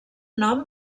nom